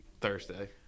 Thursday